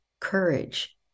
courage